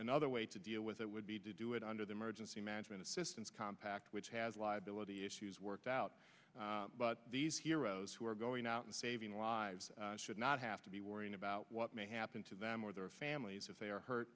another way to deal with it would be to do it under the emergency management assistance compact which has live below the issues worked out but these heroes who are going out and saving lives should not have to be worrying about what may happen to them or their families if they are hurt